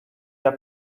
der